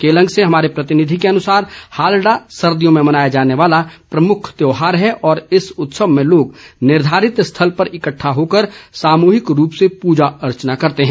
केलंग से हमारे प्रतिनिधि के अनुसार हालडा सर्दियों में मनाया जाने वाला प्रमुख त्यौहार है और इस उत्सव में लोग निर्धारित स्थल पर इकट्ठे होकर सामूहिक रूप से पूजा अर्चना करते हैं